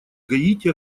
гаити